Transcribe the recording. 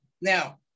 now